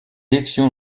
élections